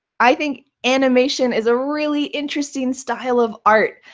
i think animation is a really interesting style of art.